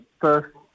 first